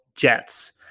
Jets